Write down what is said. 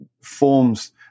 forms